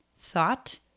Thought